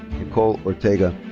nycol ortega.